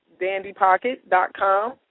dandypocket.com